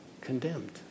condemned